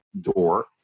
door